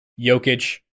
Jokic